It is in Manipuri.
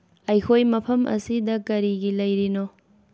ꯑꯩꯈꯣꯏ ꯃꯐꯝ ꯑꯁꯤꯗ ꯀꯔꯤꯒꯤ ꯂꯩꯔꯤꯅꯣ